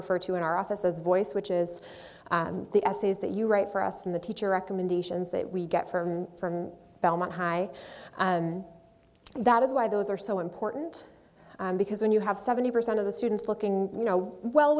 refer to in our office as voice which is the essays that you write for us in the teacher recommendations that we get from belmont high and that is why those are so important because when you have seventy percent of the students looking you know well